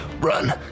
run